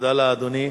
תודה לאדוני.